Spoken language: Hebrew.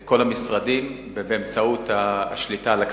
כל המשרדים, ובאמצעות השליטה על הכספים.